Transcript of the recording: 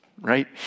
right